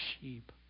sheep